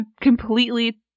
completely